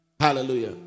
Hallelujah